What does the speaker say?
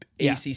ACC